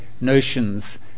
notions